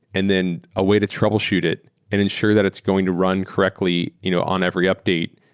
and then a way to troubleshoot it and ensure that it's going to run correctly you know on every update.